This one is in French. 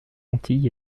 antilles